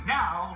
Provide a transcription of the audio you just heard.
now